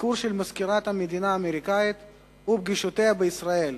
הנושא הראשון הוא ביקורה של מזכירת המדינה האמריקנית ופגישותיה בישראל,